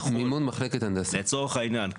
לצורך העניין,